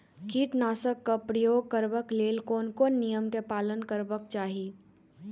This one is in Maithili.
कीटनाशक क प्रयोग करबाक लेल कोन कोन नियम के पालन करबाक चाही?